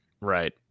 right